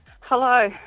hello